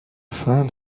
fin